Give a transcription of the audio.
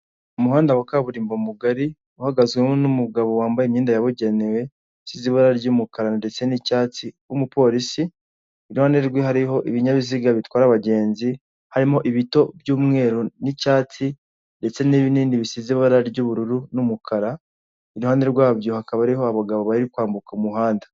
Umuhanda wa kaburimbo mugari, uhagazweho n'umugabo wambaye imyenda yabugenewe, usize ibara ry'umukara ndetse n'icyatsi w'umupolisi, iruhande rwe hariho ibinyabiziga bitwara abagenzi, harimo ibito by'umweru n'icyatsi, ndetse n'ibinini bisize ibara ry'ubururu n'umukara, iruhande rwabyo hakaba hariho abagabo bari kwambuka umuhanda.